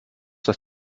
das